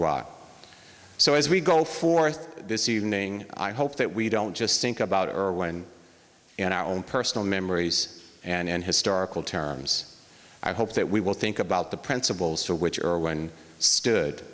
rock so as we go forth this evening i hope that we don't just think about or when in our own personal memories and in historical terms i hope that we will think about the principles to which are one stood